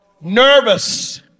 nervous